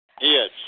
Yes